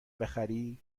بخری